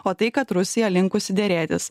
o tai kad rusija linkusi derėtis